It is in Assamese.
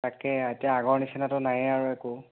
তাকে এতিয়া আগৰ নিচিনাতো নায়েই আৰু একো